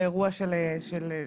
האירוע של להעביר